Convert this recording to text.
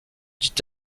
dit